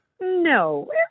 No